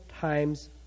times